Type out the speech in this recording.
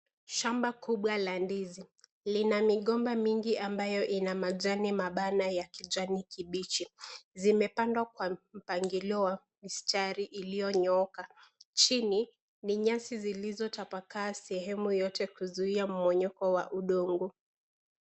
Shamba kubwa la ndizi, lina migomba mingi ambayo ina majani mapana ya kijani kibichi. Zimepandwa kwa mpangilio wa mistari iliyonyooka. Chini ni nyasi zilizotapakaa sehemu yote kuzuia mmomonyoko wa udongo.